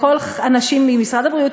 לכל האנשים ממשרד הבריאות,